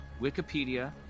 Wikipedia